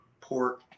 pork